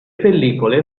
pellicole